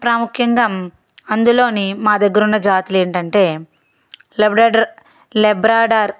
ప్రాముఖ్యంగా అందులోని మా దగ్గర ఉన్న జాతులు ఏంటంటే లెబెడ్రెడర్ లెబ్రాడర్